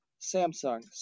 Samsung